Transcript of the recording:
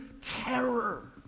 terror